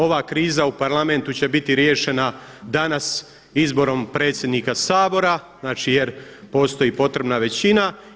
Ova kriza u Parlamentu će biti riješena danas izborom predsjednika Sabora, znači jer postoji potrebna većina.